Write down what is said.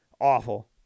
awful